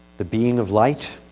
the being of light,